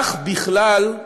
כך, בכלל,